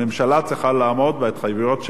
הממשלה צריכה לעמוד בהתחייבויות שלה.